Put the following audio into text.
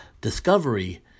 discovery